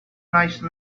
nice